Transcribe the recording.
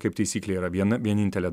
kaip taisyklė yra viena vienintelė